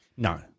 No